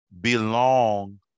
belong